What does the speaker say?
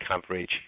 coverage